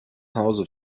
hause